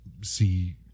see